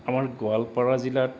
আমাৰ গোৱালপাৰা জিলাত